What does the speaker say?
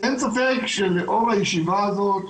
אין ספק שלאור הישיבה הזאת,